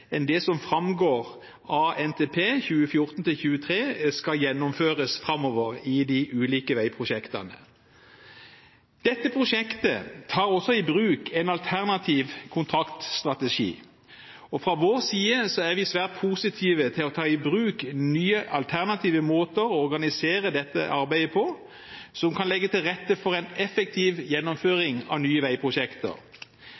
enn det som framgår av NTP 2014–2023, skal gjennomføres framover i de ulike veiprosjektene. Dette prosjektet tar også i bruk en alternativ kontraktstrategi. Fra vår side er vi svært positive til å ta i bruk nye, alternative måter å organisere dette arbeidet på, som kan legge til rette for en effektiv